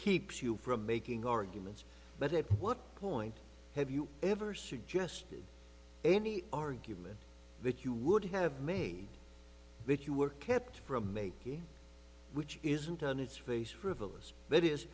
keeps you from making arguments but if what point have you ever suggested any argument that you would have made that you were kept from making which isn't on its face frivolous that is